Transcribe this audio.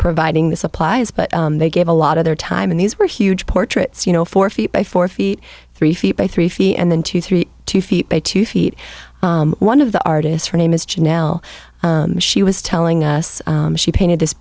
providing the supplies but they gave a lot of their time and these were huge portraits you know four feet by four feet three feet by three fee and then two three two feet by two feet one of the artists her name is joan now she was telling us she painted